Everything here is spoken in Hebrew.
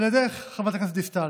על ידך, חברת הכנסת דיסטל.